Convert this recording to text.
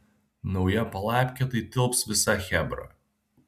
nauja palapkė tai tilps visa chebra